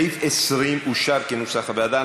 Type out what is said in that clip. סעיף 20 אושר כנוסח הוועדה.